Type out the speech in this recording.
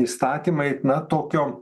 įstatymai na tokio